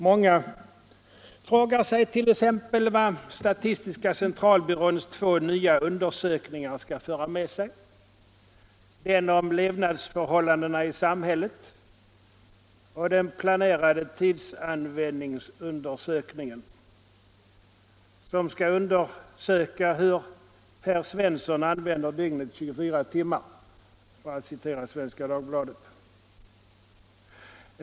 Många frågar sig t.ex. vad statistiska centralbyråns två nya undersökningar skall föra med sig, den om ”levnadsförhållandena i samhället” och den planerade ”tidsanvändningsundersökningen”, som skall ta reda på hur herr Svensson använder dygnets 24 timmar, för att citera Svenska Dagbladet.